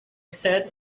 said